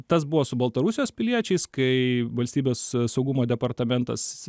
tas buvo su baltarusijos piliečiais kai valstybės saugumo departamentas